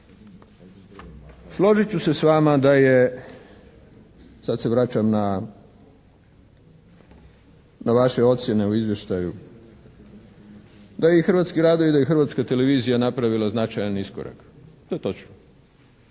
Složit ću se s vama da je sad se vraćam na vaše ocjene u izvještaju, da je i Hrvatski radio i da je Hrvatska televizija napravila značajan iskorak. To je točno.